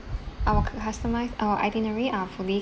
our cu~ customise our itinerary are fully